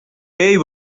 این